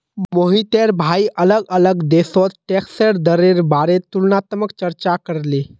मोहिटर भाई अलग अलग देशोत टैक्सेर दरेर बारेत तुलनात्मक चर्चा करले